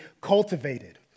cultivated